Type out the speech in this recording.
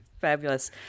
Fabulous